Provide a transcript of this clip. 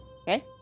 Okay